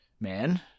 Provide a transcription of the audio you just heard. man